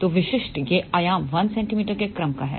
तो विशिष्ट यह आयाम 1 cm के क्रम का है